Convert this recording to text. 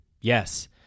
Yes